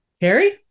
Harry